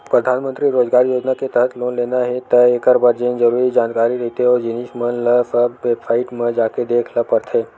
परधानमंतरी रोजगार योजना के तहत लोन लेना हे त एखर बर जेन जरुरी जानकारी रहिथे ओ जिनिस मन ल सब बेबसाईट म जाके देख ल परथे